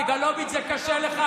סגלוביץ', זה קשה לך.